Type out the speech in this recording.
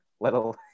little